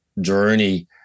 journey